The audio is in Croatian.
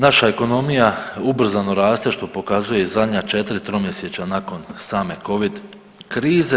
Naša ekonomija ubrzano raste što pokazuje i zadnja 4 tromjesečja nakon same Covid krize.